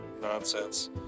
nonsense